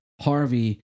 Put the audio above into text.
Harvey